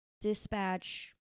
Dispatch